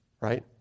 Right